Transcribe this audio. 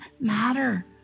matter